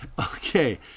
Okay